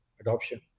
adoption